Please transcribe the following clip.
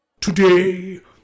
Today